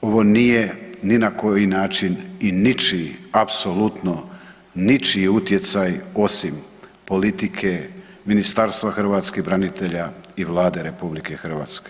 Ponovit ću, ovo nije ni na koji način i ničiji, apsolutno ničiji utjecaj osim politike Ministarstva hrvatskih branitelja i Vlade RH.